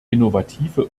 innovative